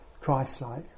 Christ-like